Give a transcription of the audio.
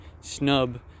snub